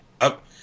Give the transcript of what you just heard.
up